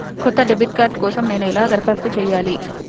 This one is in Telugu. కొత్త డెబిట్ కార్డ్ కోసం నేను ఎలా దరఖాస్తు చేయాలి?